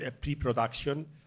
pre-production